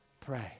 pray